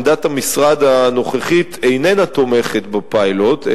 עמדת המשרד הנוכחית איננה תומכת בפיילוט,